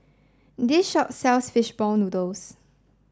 this shop sells fish ball noodles